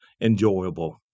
enjoyable